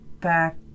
back